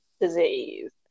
disease